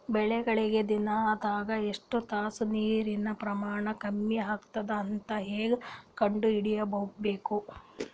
ಬೆಳಿಗಳಿಗೆ ದಿನದಾಗ ಎಷ್ಟು ತಾಸ ನೀರಿನ ಪ್ರಮಾಣ ಕಮ್ಮಿ ಆಗತದ ಅಂತ ಹೇಂಗ ಕಂಡ ಹಿಡಿಯಬೇಕು?